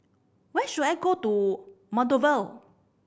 where should I go to Moldova